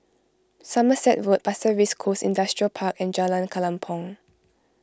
Somerset Road Pasir Ris Coast Industrial Park and Jalan Kelempong